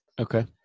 Okay